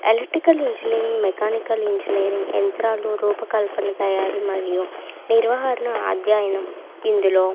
electrical engineering mechanical engineering యంత్రాలు రూపకల్పన తయారీ మరియు నిర్వాహణ అధ్యాయనం ఇందులో